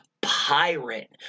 pirate